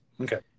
okay